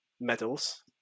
medals